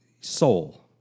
soul